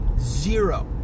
Zero